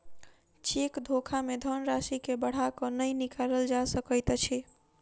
cheque धोखा मे धन राशि के बढ़ा क नै निकालल जा सकैत अछि